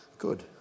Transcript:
Good